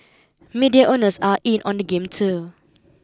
media owners are in on the game too